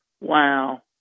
Wow